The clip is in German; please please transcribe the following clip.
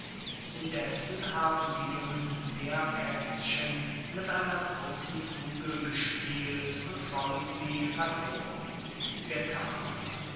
indessen haben die jungen meerkätzchen mit einer großen kugel gespielt und rollen sie hervor der kater